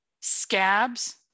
Scabs